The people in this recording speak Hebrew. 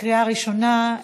לקריאה ראשונה.